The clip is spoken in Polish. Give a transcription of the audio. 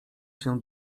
się